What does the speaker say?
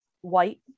white